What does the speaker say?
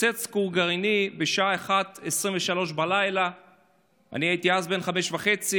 התפוצץ כור גרעיני בשעה 01:23. אני הייתי אז בן חמש וחצי.